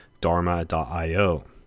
dharma.io